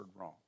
wrong